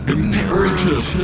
Imperative